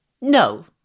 No